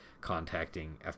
contacting